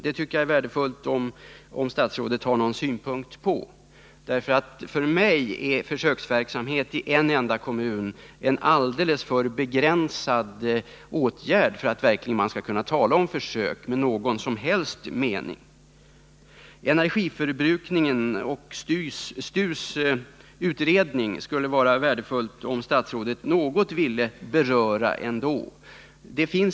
Jag tycker att det vore värdefullt om statsrådet ville redovisa sin synpunkt på också den frågan. För mig innebär nämligen försöksverksamhet i en enda kommun en alldeles för begränsad åtgärd för att man verkligen skall kunna tala om ett försök med någon som helst mening. När det gäller energiförbrukningen och STU:s utredning skulle jag vidare vara tacksam om statsrådet något ville beröra den aspekten.